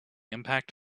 impact